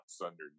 underneath